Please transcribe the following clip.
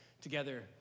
together